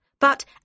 but